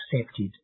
accepted